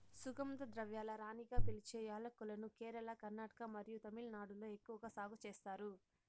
సుగంధ ద్రవ్యాల రాణిగా పిలిచే యాలక్కులను కేరళ, కర్ణాటక మరియు తమిళనాడులో ఎక్కువగా సాగు చేస్తారు